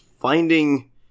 finding